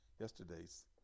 yesterday's